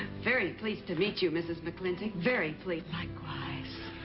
very pleased to meet you, mrs. mclintock. very pleased. likewise.